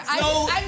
No